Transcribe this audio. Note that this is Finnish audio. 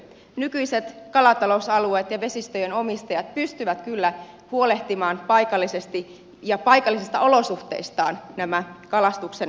nykyiset kalatalousalueet ja vesistöjen omistajat pystyvät kyllä huolehtimaan paikallisesti ja paikallisista olosuhteistaan nämä kalastuksen mitoitukset